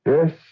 Yes